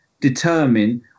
determine